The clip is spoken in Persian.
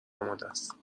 آمادست